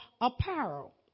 apparel